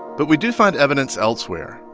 but we do find evidence elsewhere.